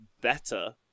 better